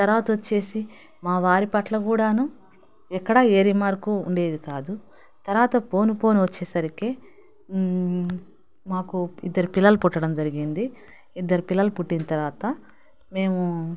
తర్వాత వచ్చేసి మా వారి పట్ల కూడాను ఎక్కడ ఏ రిమార్కు ఉండేది కాదు తర్వాత పోను పోను వచ్చేసరికి మాకు ఇద్దరు పిల్లలు పుట్టడం జరిగింది ఇద్దరు పిల్లలు పుట్టిన తర్వాత మేము